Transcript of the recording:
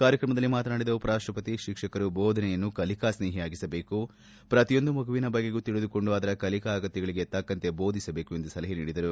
ಕಾರ್ಯಕ್ರಮದಲ್ಲಿ ಮಾತನಾಡಿದ ಉಪರಾಷ್ಟಪತಿ ಶಿಕ್ಷಕರು ಬೋಧನೆಯನ್ನು ಕಲಿಕಾ ಸ್ನೇಹಿಯಾಗಿಸಬೇಕು ಪ್ರತಿಯೊಂದು ಮಗುವಿನ ಬಗೆಗೂ ತಿಳಿದುಕೊಂಡು ಅದರ ಕಲಿಕಾ ಅಗತ್ಯಗಳಿಗೆ ತಕ್ಕಂತೆ ಬೋಧಿಸಬೇಕು ಎಂದು ಸಲಹೆ ನೀಡಿದರು